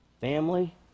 family